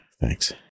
thanks